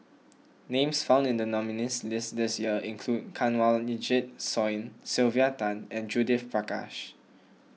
names found in the nominees' list this year include Kanwaljit Soin Sylvia Tan and Judith Prakash